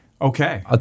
Okay